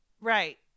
Right